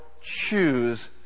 choose